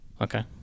Okay